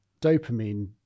dopamine